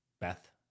Beth